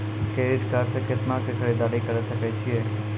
Credit card से कितना के खरीददारी करे सकय छियै?